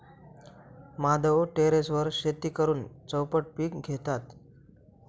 माधव टेरेसवर शेती करून चौपट पीक घेतात